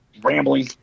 Rambling